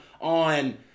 on